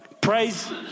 Praise